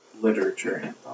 literature